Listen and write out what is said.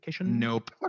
Nope